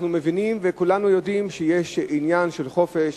אנחנו מבינים וכולנו יודעים שיש עניין של חופש,